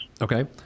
Okay